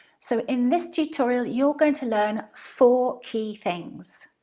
so in this tutorial you're going to learn four key things.